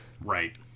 Right